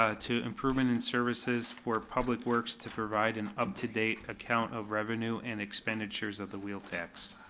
ah to improvement and services for public works to provide an up to date account of revenue and expenditures of the wheel tax.